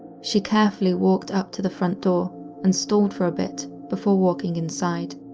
she carefully walked up to the front door and stalled for a bit before walking inside.